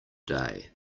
day